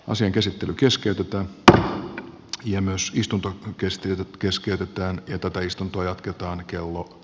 asian käsittely keskeytetään ta kia myös istunto kestivät keskeytetään jotta täysistunto jatketaan kello